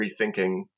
rethinking